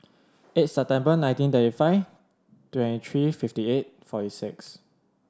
eight September nineteen thirty five twenty three fifty eight forty six